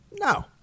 No